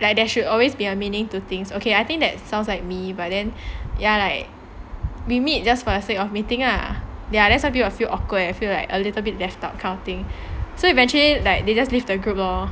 that there should always be a meaning to things okay I think that sounds like me but then ya like we meet just for the sake of meeting lah ya that's why people will feel awkward and like a little bit left out kind of thing so eventually like they just leave their group lor